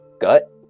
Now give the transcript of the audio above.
gut